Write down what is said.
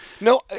No